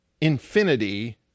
Infinity